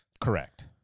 Correct